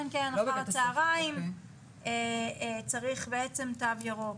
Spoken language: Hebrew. כן, אחר הצהריים, צריך בעצם תו ירוק.